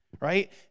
Right